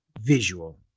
visual